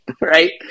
right